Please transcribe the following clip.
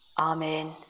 Amen